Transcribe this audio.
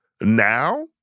now